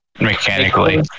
mechanically